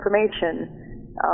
information